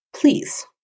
Please